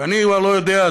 ואני כבר לא יודע.